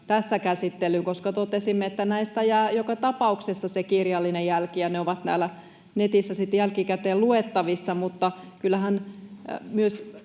tässä käsittelyyn, koska totesimme, että näistä jää joka tapauksessa kirjallinen jälki ja ne ovat netissä sitten jälkikäteen luettavissa, mutta kyllähän eri